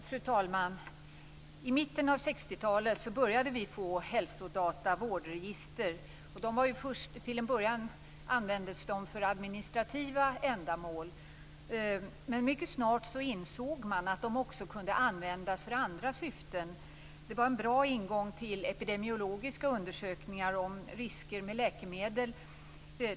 Fru talman! I mitten av 60-talet började vi att få hälsodata och vårdregister. De användes till en början för administrativa ändamål, men man insåg mycket snart att de också kunde användas för andra syften. De var en bra ingång till epidemiologiska undersökningar om risker med läkemedel.